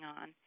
on